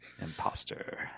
Imposter